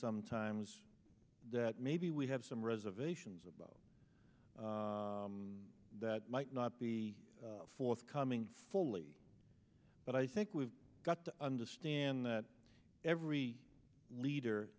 sometimes that maybe we have some reservations about that might not be forthcoming fully but i think we've got to understand that every leader